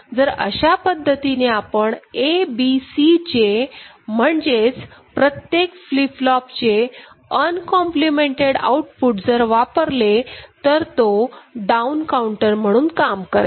जर अशा पद्धतीने आपण AB Cचे म्हणजेच प्रत्येक फ्लिपफ्लोप चे अनकॉम्पलेमेंटेड आउटपुट जर वापरले तर तो डाउन काउंटर म्हणून काम करेल